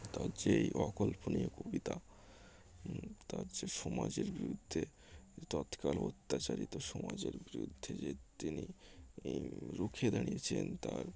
তার যে এই অকল্পনীয় কবিতা তার যে সমাজের বিরুদ্ধে তৎকালীন অত্যাচারিত সমাজের বিরুদ্ধে যে তিনি এই রুখে দাঁড়িয়েছিলেন তাঁর